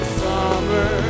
summer